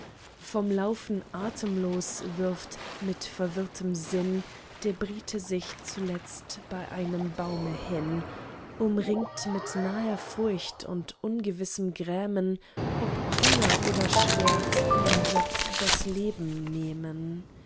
vom laufen atemlos wirft mit verwirrtem sinn der brite sich zuletzt bei einem baume hin umringt mit naher furcht und ungewissem grämen ob hunger oder schwert ihm wird das leben nehmen